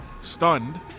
stunned